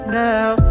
now